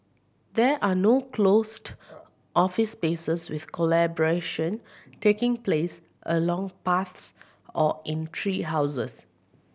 there are no closed office spaces with collaboration taking place along paths or in tree houses